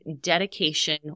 dedication